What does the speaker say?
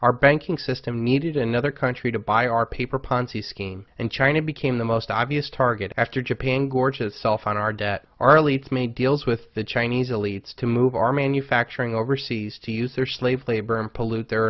our banking system needed another country to buy our paper ponzi scheme and china became the most obvious target after japan gorges self on our debt our lease made deals with the chinese elites to move our manufacturing overseas to use their slave labor and pollute their